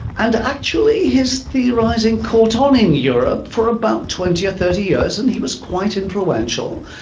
and actually his theorising caught on in europe for about twenty or thirty years and he was quite influential.